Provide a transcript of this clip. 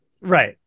Right